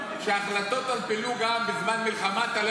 שהחלטות על פילוג העם בזמן מלחמה אתה לא